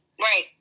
Right